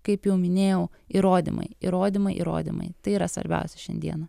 kaip jau minėjau įrodymai įrodymai įrodymai tai yra svarbiausia šiandieną